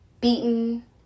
beaten